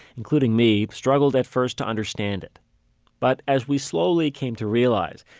including me, struggled at first to understand it but as we slowly came to realize,